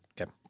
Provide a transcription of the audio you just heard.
Okay